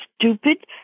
stupid